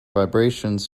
vibrations